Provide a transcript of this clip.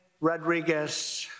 Rodriguez